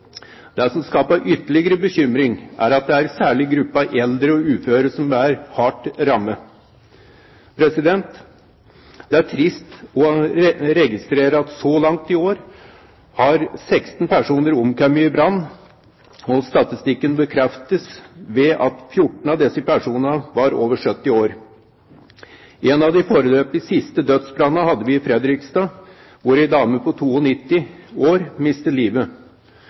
Det som skaper ytterligere bekymring, er at det særlig er gruppen eldre og uføre som blir hardest rammet. Det er trist å registrere at så langt i år har 16 personer omkommet i brann, og statistikken bekreftes ved at 14 av disse personene var over 70 år. En av de foreløpig siste dødsbrannene hadde vi i Fredrikstad, hvor en dame på 92 år mistet livet.